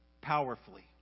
powerfully